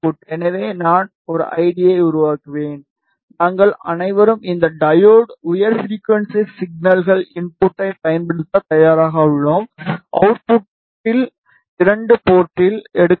எனவே நான் ஒரு ஐடியை உருவாக்குவேன் நாங்கள் அனைவரும் இந்த டையோடு உயர் ஃபிரிகுவன்ஸி சிக்னல்கள் இன்புட்டைப் பயன்படுத்த தயாராக உள்ளோம் அவுட்புட்டில் 2 போர்ட்டில் எடுக்கப்படும்